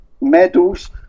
medals